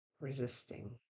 resisting